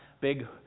big